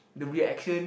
the reaction